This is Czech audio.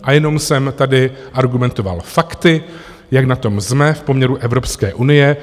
A jenom jsem tady argumentoval fakty, jak na tom jsme v poměru Evropské unie.